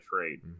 trade